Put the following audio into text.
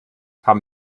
haben